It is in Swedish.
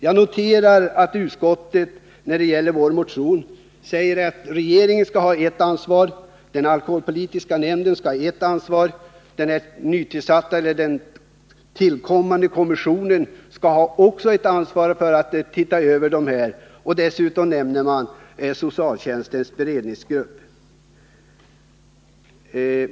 Jag noterar att utskottet när det gäller vår motion säger att regeringen skall ha ett ansvar, att den alkoholpolitiska nämnden skall ha ett ansvar och att den tillkommande kommissionen också skall ha ett ansvar för att se över det här. Dessutom nämns socialtjänstens beredningsgrupp.